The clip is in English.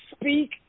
speak